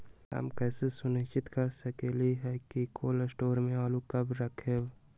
हम कैसे सुनिश्चित कर सकली ह कि कोल शटोर से आलू कब रखब?